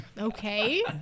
Okay